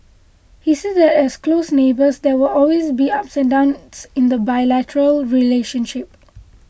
he said that as close neighbours there will always be ups and downs in the bilateral relationship